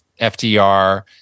FDR